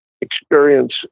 experience